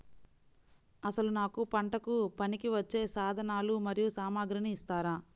అసలు నాకు పంటకు పనికివచ్చే సాధనాలు మరియు సామగ్రిని ఇస్తారా?